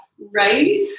Right